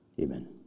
amen